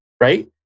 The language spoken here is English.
right